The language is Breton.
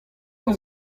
vez